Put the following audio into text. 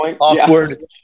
awkward